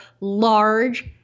large